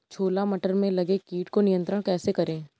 छोला मटर में लगे कीट को नियंत्रण कैसे करें?